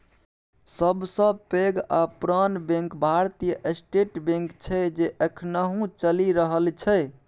सबसँ पैघ आ पुरान बैंक भारतीय स्टेट बैंक छै जे एखनहुँ चलि रहल छै